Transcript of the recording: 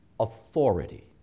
authority